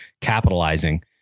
capitalizing